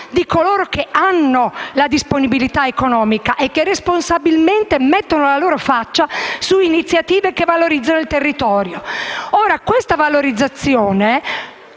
di coloro che hanno la disponibilità economica e che responsabilmente mettono la loro faccia su iniziative che valorizzano il territorio. Questa valorizzazione